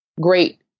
great